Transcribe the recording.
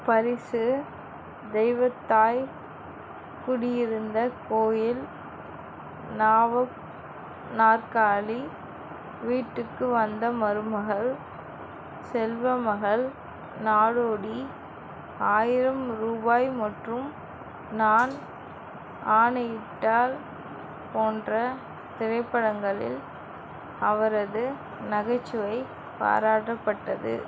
பரிசு தெய்வத் தாய் குடியிருந்த கோயில் நாவாப் நாற்காலி வீட்டுக்கு வந்த மருமகள் செல்வ மகள் நாடோடி ஆயிரம் ரூபாய் மற்றும் நான் ஆணையிட்டால் போன்ற திரைப்படங்களில் அவரது நகைச்சுவை பாராட்டப்பட்டது